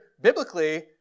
biblically